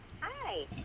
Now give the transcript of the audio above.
Hi